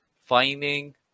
finding